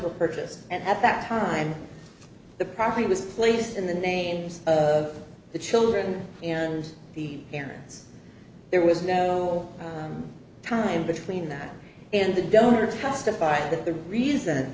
e purchased and at that time the property was placed in the names of the children and the parents there was no time between that and the donor testified that the reason